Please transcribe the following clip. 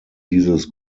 dieses